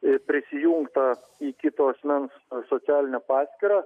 ir prisijungta į kito asmens socialinę paskyrą